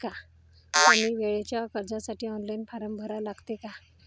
कमी वेळेच्या कर्जासाठी ऑनलाईन फारम भरा लागते का?